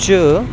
च